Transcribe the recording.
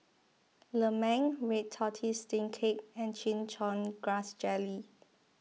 Lemang Red Tortoise Steamed Cake and Chin Chow Grass Jelly